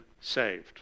saved